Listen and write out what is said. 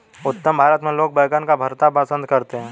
उत्तर भारत में लोग बैंगन का भरता पंसद करते हैं